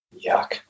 Yuck